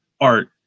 art